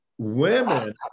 women